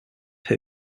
who